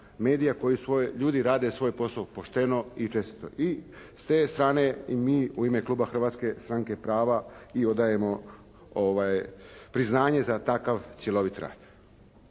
medija koji ljudi rade svoj posao pošteno i čestito. I s te strane i mi u ime kluba Hrvatske stranke prava i odajemo priznanje za takav cjelovit rad.